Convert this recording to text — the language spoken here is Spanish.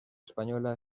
española